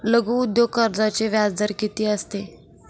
लघु उद्योग कर्जाचे व्याजदर किती असते?